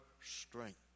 strength